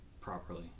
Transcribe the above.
properly